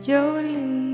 Jolie